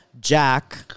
Jack